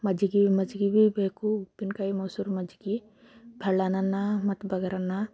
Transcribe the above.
ಮಜ್ಜಿಗೆ ಮಜ್ಜಿಗೆ ಭೀ ಬೇಕು ಉಪ್ಪಿನಕಾಯಿ ಮೊಸರು ಮಜ್ಜಿಗೆ ಫಳ್ಯಾನನ್ನ ಮತ್ತು ಬಗರನ್ನ